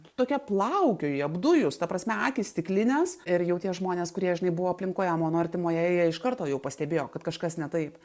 tokia plaukioji apdujus ta prasme akys stiklinės ir jau tie žmonės kurie žinai buvo aplinkoje mano artimoje jie iš karto jau pastebėjo kad kažkas ne taip